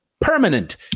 permanent